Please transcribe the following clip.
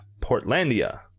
Portlandia